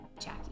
Jackie